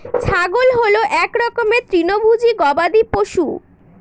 ছাগল হল এক রকমের তৃণভোজী গবাদি পশু